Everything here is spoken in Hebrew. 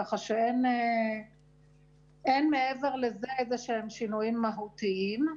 ככה שאין מעבר לזה איזה שהם שינויים מהותיים.